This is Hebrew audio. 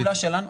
איציק?